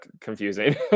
confusing